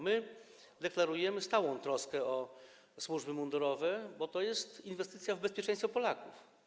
My deklarujemy stałą troskę o służby mundurowe, bo to jest inwestycja w bezpieczeństwo Polaków.